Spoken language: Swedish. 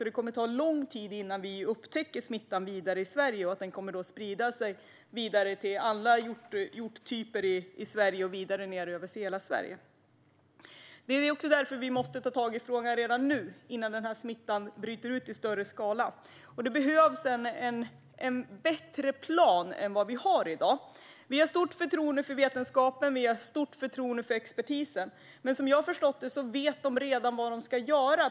Det kommer alltså att ta lång tid innan vi upptäcker smittan i Sverige. Den kommer då att sprida sig vidare till alla hjorttyper i hela Sverige. Det är därför vi måste ta tag i frågan redan nu, innan smittan bryter ut i större skala. Det behövs en bättre plan än vad vi har i dag. Vi har stort förtroende för vetenskapen. Vi har stort förtroende för expertisen. Men som jag har förstått det vet de redan vad de ska göra.